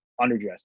underdressed